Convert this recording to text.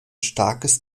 starkes